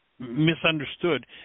Misunderstood